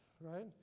right